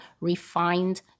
refined